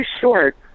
short